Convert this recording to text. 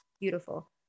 beautiful